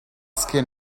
skin